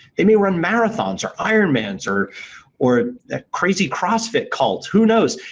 they may run marathons or ironman or or that crazy crossfit cult. who knows?